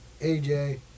AJ